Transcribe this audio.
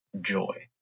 joy